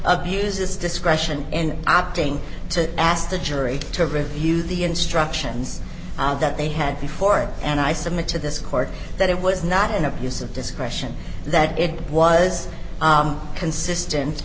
of uses discretion and opting to ask the jury to review the instructions that they had before and i submit to this court that it was not an abuse of discretion that it was consistent